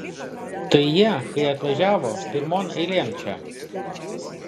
tai jie kai atvažiavo pirmon eilėn čia